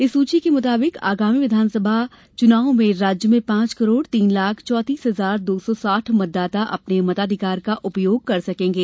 इस सुची के मुताबिक आगामी विधानसभा चुनाव में राज्य में पांच करोड़ तीन लाख चौतीस हजार दो सौ साठ मतदाता अपने मताधिकार का उपयोग कर सकेंगे